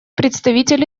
представитель